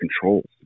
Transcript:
controls